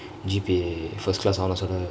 G_P_A first class honours